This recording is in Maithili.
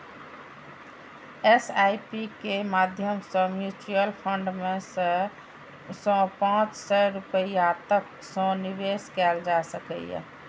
एस.आई.पी के माध्यम सं म्यूचुअल फंड मे सय सं पांच सय रुपैया तक सं निवेश कैल जा सकैए